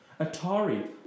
Atari